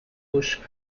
bush